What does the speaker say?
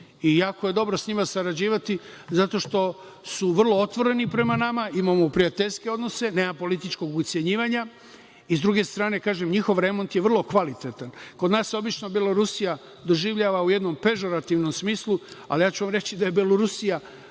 Jako je dobro sa njima sarađivati, zato što su vrlo otvoreni prema nama, imamo prijateljske odnose, nema političkog ucenjivanja. Sa druge strane, njihov remont je vrlo kvalitetan. Kod nas se obično Belorusija doživljava u jednom pežorativnom smislu, ali ću vam reći da je Belorusija